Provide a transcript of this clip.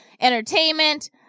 entertainment